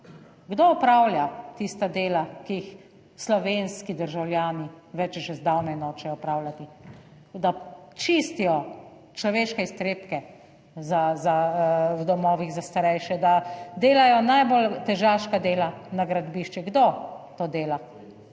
Kdo opravlja tista dela, ki jih slovenski državljani več že zdavnaj nočejo opravljati? Da čistijo človeške iztrebke v domovih za starejše, da delajo najbolj težaška dela na gradbiščih, kdo to dela?